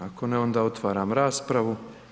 Ako ne onda otvaram raspravu.